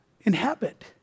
inhabit